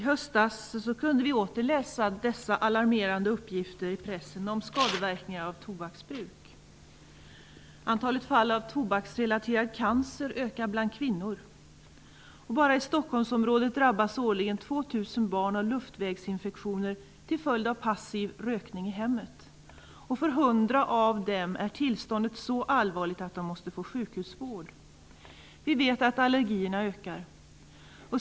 Herr talman! I höstas kunde vi åter läsa alarmerande uppgifter i pressen om skadeverkningar av tobaksbruk. Antalet fall av tobaksrelaterad cancer ökar bland kvinnor. Bara i Stockholmsområdet drabbas årligen 2 000 barn av luftvägsinfektioner till följd av passiv rökning i hemmet. För 100 av dem är tillståndet så allvarligt att de måste få sjukhusvård. Vi vet att allergierna ökar.